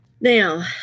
Now